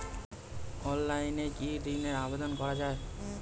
অনলাইনে কি ঋনের আবেদন করা যায়?